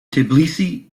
tbilisi